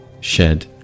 shed